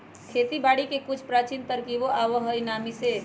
खेती बारिके के कुछ प्राचीन तरकिब आइयो सेहो नामी हइ